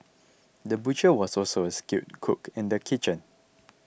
the butcher was also a skilled cook in the kitchen